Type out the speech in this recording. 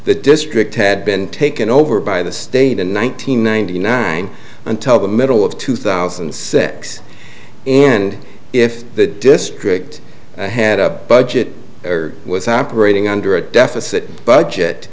the district had been taken over by the state in one nine hundred ninety nine until the middle of two thousand and six and if the district had a budget or was operating under a deficit budget